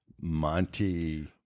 Monty